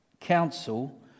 council